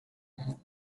tyre